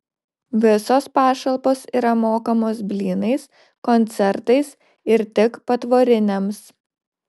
visos pašalpos yra mokamos blynais koncertais ir tik patvoriniams